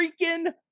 freaking